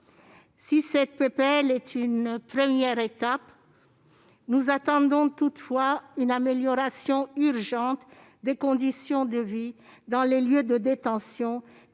de loi est une première étape, nous attendons toutefois une amélioration urgente des conditions de vie dans les lieux de détention,